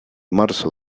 marzo